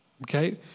Okay